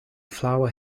flower